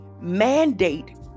mandate